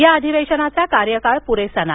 या अधिवेशनाचा कार्यकाळ पुरेसा नाही